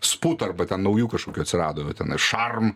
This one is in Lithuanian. sput arba ten naujų kažkokių atsirado tenai šarm